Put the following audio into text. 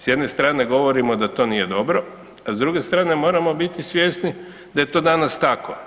S jedne strane govorimo da to nije dobro, a s druge strane moramo biti svjesni da je to danas tako.